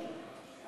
נרצחו